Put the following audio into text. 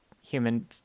human